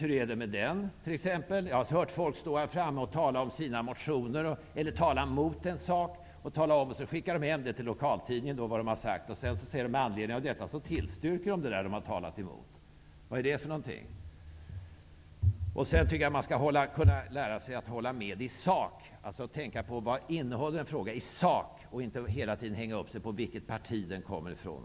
Jag vet de som har stått här och talat emot en sak och skickat hem sina uttalanden till lokaltidningen och sedan sagt att de med anledning av sina uttalanden tillstyrker det som de tidigare talat emot. Man skall lära sig att hålla med i sak och inte alltid hänga upp sig på vilket parti som ligger bakom.